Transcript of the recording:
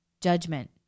judgment